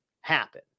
happen